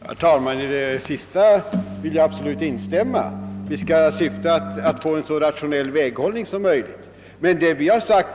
Herr talman! I det sist sagda vill jag absolut instämma. Vårt syfte skall vara att få en så rationell väghållning som möjligt.